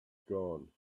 gone